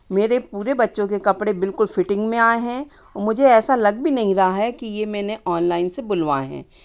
मेरे पूरे बच्चों के कपड़े बिल्कुल फ़िटिंग में आए हैं मुझे ऐसा लग भी नहीं रहा है कि ये मैंने ऑनलाइन से बुलवाए हैं